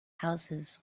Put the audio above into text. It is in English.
houses